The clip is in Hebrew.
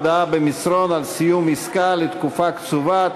הודעה במסרון על סיום עסקה לתקופה קצובה),